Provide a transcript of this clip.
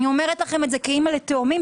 אני אומרת זאת כאמא לתאומים.